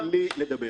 תן לי לדבר.